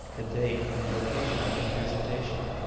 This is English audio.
the date, and the occasion of the presentation.